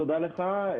תודה לך.